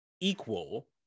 equal